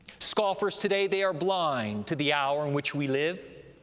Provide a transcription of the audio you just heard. scoffers today, they are blind to the hour in which we live.